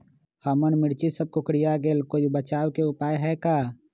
हमर मिर्ची सब कोकररिया गेल कोई बचाव के उपाय है का?